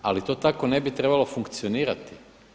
Ali to tako ne bi trebalo funkcionirati.